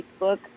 Facebook